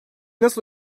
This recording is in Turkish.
nasıl